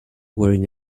wearing